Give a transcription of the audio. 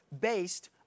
based